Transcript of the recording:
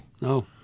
No